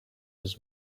his